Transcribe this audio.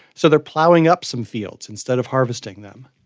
so they're plowing up some fields instead of harvesting them.